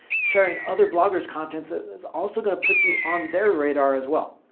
sharing other bloggers' content is also going to put you on their radar as well.